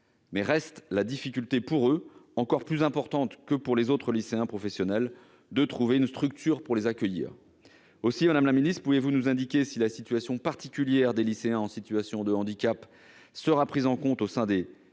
est toutefois difficile pour ces jeunes, encore plus que pour les autres lycéens professionnels, de trouver une structure pour les accueillir. Ainsi, madame la ministre, pouvez-vous nous indiquer si le cas particulier des lycéens en situation de handicap sera pris en compte au sein des fameux